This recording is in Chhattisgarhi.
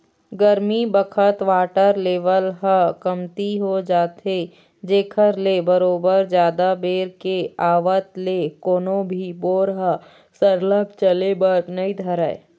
गरमी बखत वाटर लेवल ह कमती हो जाथे जेखर ले बरोबर जादा बेर के आवत ले कोनो भी बोर ह सरलग चले बर नइ धरय